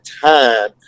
time